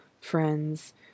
friends